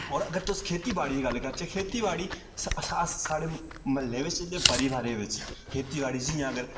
होर अगर तुस खेती बाड़ी दी गल्ल करचै खेती बाड़ी स अस साढे म्ह्ल्ले बिच दे परिवारें बिच खेती बाड़ी जि'यां अगर